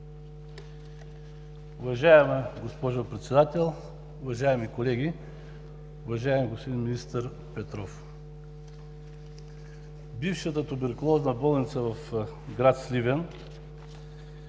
Уважаема госпожо Председател, уважаеми колеги, уважаеми министър Петров! Бившата туберкулозна болница в град Сливен